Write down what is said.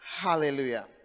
hallelujah